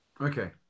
Okay